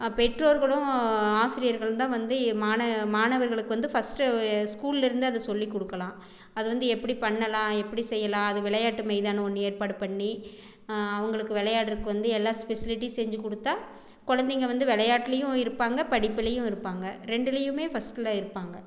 பெற்றோர்களும் ஆசிரியர்களும் தான் வந்து மாண மாணவர்களுக்கு வந்து ஃபர்ஸ்ட்டு ஸ்கூலில் இருந்து அதை சொல்லி கொடுக்கலாம் அது வந்து எப்படி பண்ணலாம் எப்படி செய்யலாம் அது விளையாட்டு மைதானம் ஒன்று ஏற்பாடு பண்ணி அவர்களுக்கு விளையாடறதுக்கு வந்து எல்லா ஸ்ப்சிலிட்டீசும் செஞ்சு கொடுத்தா குழந்தைங்கள் வந்து விளையாட்டுலையும் இருப்பாங்க படிப்பிலையும் இருப்பாங்க ரெண்டுலையுமே ஃபர்ஸ்டில் இருப்பாங்க